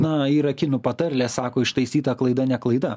na yra kinų patarlė sako ištaisyta klaida ne klaida